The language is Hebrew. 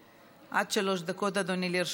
עד שלוש דקות, אדוני, לרשותך.